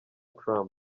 trump